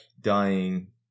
dying